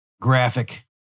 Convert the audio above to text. graphic